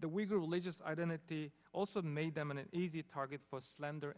the weaker religious identity also made them an easy target for slander